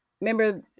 Remember